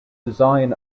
design